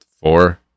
four